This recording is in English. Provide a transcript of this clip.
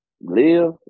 live